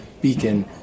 Beacon